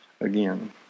again